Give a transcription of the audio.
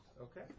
okay